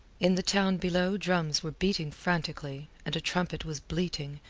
in the town below drums were beating frantically, and a trumpet was bleating,